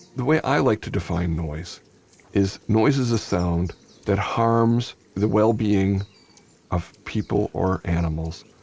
the way i like to define noise is, noise is a sound that harms the wellbeing of people or animals,